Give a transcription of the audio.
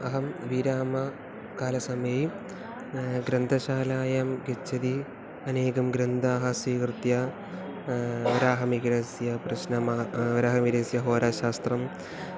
अहं वीरामकालसमये ग्रन्थशालायां गच्छति अनेकं ग्रन्थाः स्वीकृत्य वराहमिहिरस्य प्रश्नम् विराहमिहिरस्य होराशास्त्रं